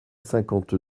cinquante